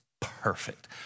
perfect